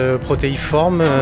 protéiforme